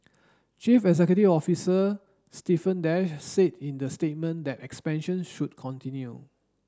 chief executive officer Stephen Dash said in the statement that expansion should continue